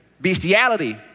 bestiality